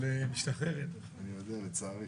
לצערנו משתחררת בקרוב.